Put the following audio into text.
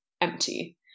empty